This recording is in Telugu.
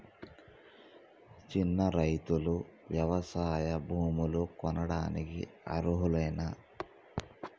చిన్న రైతులు వ్యవసాయ భూములు కొనడానికి రుణాలకు అర్హులేనా?